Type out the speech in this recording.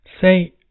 Say